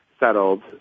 settled